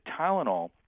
Tylenol